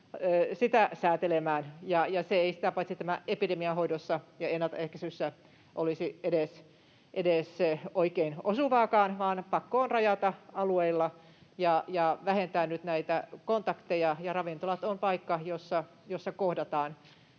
sitä paitsi tämän epidemian hoidossa ja ennaltaehkäisyssä olisi edes oikein osuvaakaan, vaan pakko on rajata alueilla ja vähentää nyt näitä kontakteja, ja ravintolat ovat paikkoja, joissa kohdataan.